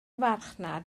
farchnad